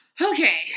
Okay